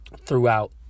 throughout